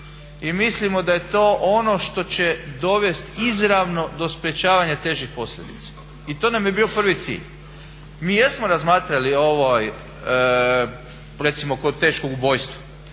Mislimo da je to ono što će dovesti izravno do sprečavanja težih posljedica. I to nam je bio prvi cilj. Mi jesmo razmatrali recimo kod teškog ubojstva,